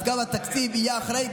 אז גם התקציב יהיה אחראי,